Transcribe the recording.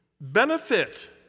benefit